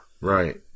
right